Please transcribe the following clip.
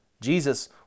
Jesus